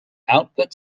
output